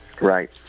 Right